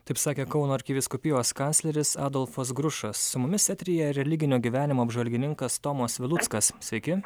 taip sakė kauno arkivyskupijos kancleris adolfas grušas su mumis eteryje religinio gyvenimo apžvalgininkas tomas viluckas sveiki